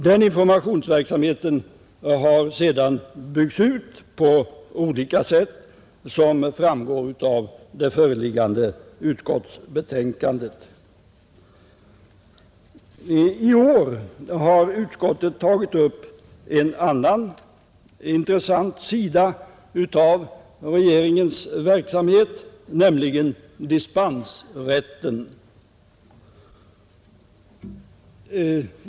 Den informationsverksamheten har sedan byggts ut på olika sätt, som framgår av det föreliggande utskottsbetänkandet. I år har utskottet tagit upp en annan intressant sida av regeringens verksamhet, nämligen dispensrätten.